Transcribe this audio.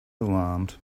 alarmed